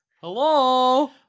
Hello